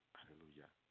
Hallelujah